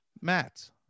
Matt